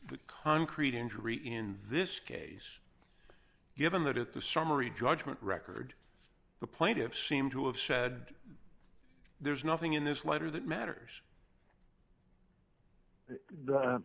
pretty concrete injury in this case given that it's a summary judgment record the plaintiffs seem to have said there's nothing in this letter that matters